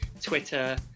Twitter